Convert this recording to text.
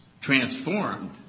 transformed